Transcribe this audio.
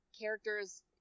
character's